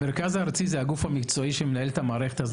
המרכז הארצי זה הגוף המקצועי שמנהל את המערכת הזאת במשך כל השנים.